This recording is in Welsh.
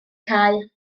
cau